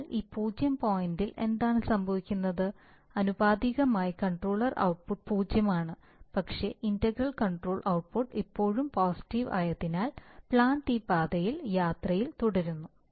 അതിനാൽ ഈ പൂജ്യം പോയിന്റിൽ എന്താണ് സംഭവിക്കുന്നത് ആനുപാതികമായ കൺട്രോളർ ഔട്ട്പുട്ട് പൂജ്യമാണ് പക്ഷേ ഇന്റഗ്രൽ കൺട്രോളർ ഔട്ട്പുട്ട് ഇപ്പോഴും പോസിറ്റീവ് ആയതിനാൽ പ്ലാന്റ് ഈ പാതയിൽ യാത്രയിൽ തുടരുന്നു